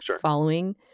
following